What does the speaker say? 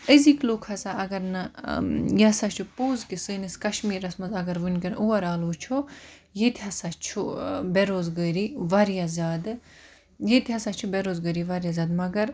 أزِک لُکھ ہَسا اَگَر نہٕ یہِ ہَسا چھُ پوٚز چھُ سٲنِس کَشمیٖرَس مَنٛز اَگَر وٕنکیٚن اووَر آل وٕچھو ییٚتہِ ہَسا چھُ بے روزگٲری واریاہ زیادٕ ییٚتہِ ہَسا چھِ بے روزگٲری واریاہ زیادٕ مَگَر